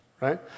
right